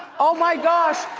oh my gosh,